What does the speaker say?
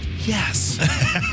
yes